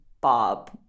Bob –